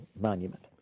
monument